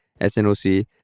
SNOC